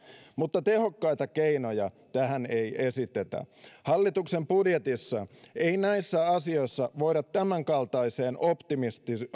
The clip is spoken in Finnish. mutta tehokkaita keinoja tähän ei esitetä hallituksen budjetissa ei näissä asioissa voida tämänkaltaiseen optimismiin